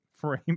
Frame